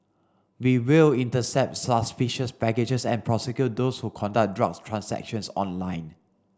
we will intercept suspicious packages and prosecute those who conduct drugs transactions online